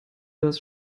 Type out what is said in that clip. das